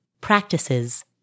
practices